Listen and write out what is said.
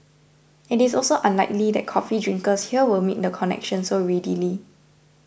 it is also unlikely that coffee drinkers here will make the connection so readily